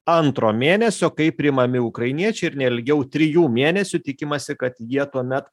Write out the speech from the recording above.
antro mėnesio kai priimami ukrainiečiai ir ne ilgiau trijų mėnesių tikimasi kad jie tuomet